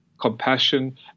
compassion